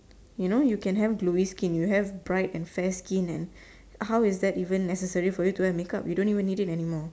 you know you can have glowy skin you have bright and fair skin and how is that even necessary for you to go and make up you don't even need it anymore